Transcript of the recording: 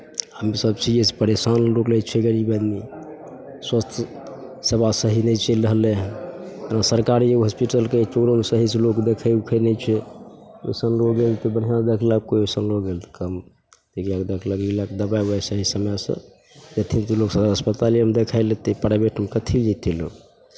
हमसभ छियै से परेशान लोक रहै छै गरीब आदमी स्वस्थ सेवा सही नहि चलि रहलै हइ सरकारी एगो हॉस्पीटलके ककरो लोक सहीसँ देखै उखै नहि छै इसभमे गेल तऽ कोइ बढ़िआँ देखलक कोइ सुनलो गेल कम ई लए कऽ देखलक कम दबाइ उबाइ सही समयसँ देथिन तऽ लोक सदर अस्पतालेमे देखा लेतै प्राइभेटमे कथि लए जयथिन लोक